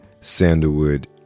sandalwood